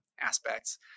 aspects